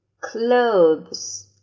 clothes